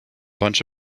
bunch